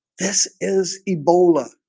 this is ebola